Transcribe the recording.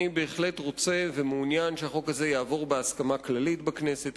אני בהחלט רוצה ומעוניין שהחוק הזה יעבור בהסכמה כללית בכנסת.